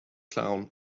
clown